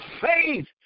faith